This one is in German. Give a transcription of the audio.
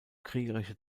kriegerische